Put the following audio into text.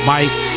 Mike